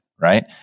right